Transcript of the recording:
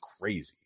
crazy